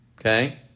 okay